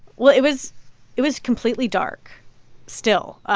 well, it was it was completely dark still.